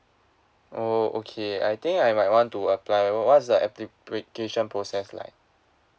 oh okay I think I might want to apply what what is the application process like